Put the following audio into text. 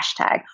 hashtag